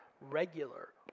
regular